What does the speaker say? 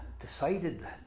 decided